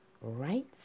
right